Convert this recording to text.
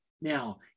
now